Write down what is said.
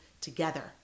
together